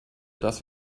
dass